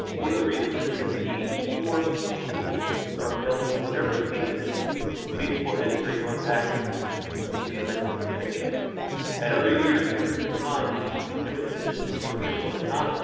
one of the reasons is that these four statistics are available for every season in baseball history. going back into the nineteenth century at other years in a different times, different statistics were official and not.